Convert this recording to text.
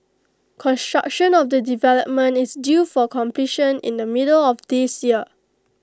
construction of the development is due for completion in the middle of this year